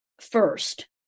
first